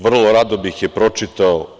Vrlo rado bih je pročitao.